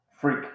Freak